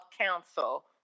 Council